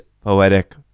poetic